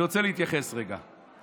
אני רוצה להתייחס רגע.